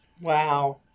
Wow